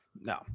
No